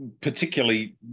particularly